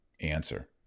answer